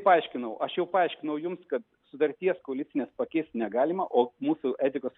paaiškinau aš jau paaiškinau jums kad sutarties koalicinės pakeist negalima o mūsų etikos